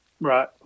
Right